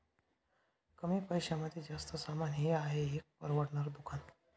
कमी पैशांमध्ये जास्त सामान हे आहे एक परवडणार दुकान